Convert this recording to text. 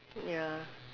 ya